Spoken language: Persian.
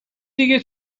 دیگه